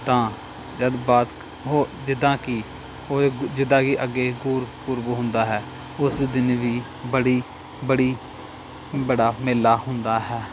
ਤਾਂ ਜਦੋਂ ਬਾਤ ਹੋ ਜਿੱਦਾਂ ਕਿ ਹੋ ਜਿੱਦਾਂ ਕਿ ਅੱਗੇ ਗੁਰਪੁਰਬ ਹੁੰਦਾ ਹੈ ਉਸ ਦਿਨ ਵੀ ਬੜੀ ਬੜੀ ਬੜਾ ਮੇਲਾ ਹੁੰਦਾ ਹੈ